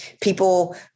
people